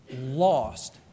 lost